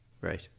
Right